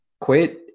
quit